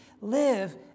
live